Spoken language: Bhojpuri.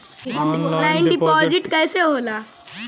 ऑनलाइन डिपाजिट कैसे होला?